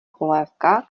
polévka